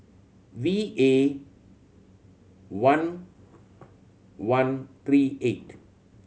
V A one one three eight